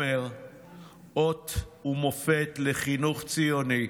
עומר אות ומופת לחינוך ציוני.